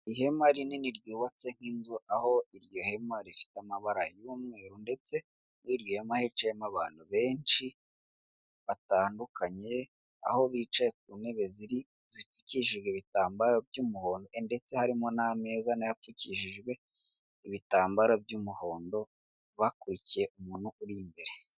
Ihema rinini ryubatse nk'inzu aho iryo hema rifite amabara y'umweru, ndetse muri iryo hicayemo abantu benshi batandukanye aho bicaye ku ntebe zipfukishijwe ibitambaro by'umuhondo ndetse harimo n'ameza nayo apfukishijwe ibitambararo by'umuhondo bakaba bakurikiye umuntu uri imbere.